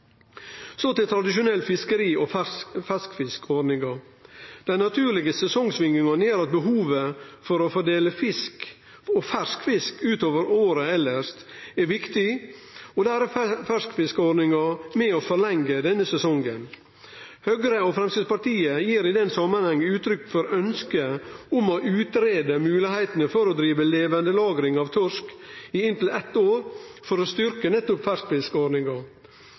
Så til tradisjonelt fiskeri og ferskfiskordninga. Dei naturlege sesongsvingingane gjer at behovet for å fordele fersk fisk utover året elles er viktig, og der er ferskfiskordninga med på å forlengje denne sesongen. Høgre og Framstegspartiet gir i den samanhengen uttrykk for eit ønske om å greie ut moglegheitene for å drive levandelagring av torsk i inntil eitt år, for å styrkje nettopp